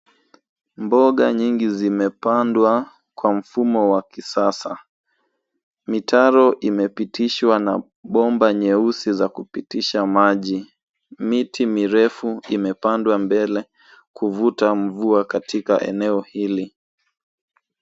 Mboga nyingi zimepangwa kwa mfumo wa kisasa. Mitaro inapitishwa chini bomba nyeusi la kupitisha maji. Miti mirefu imepandwa mbele kuvuta mvuto katika eneo hilo.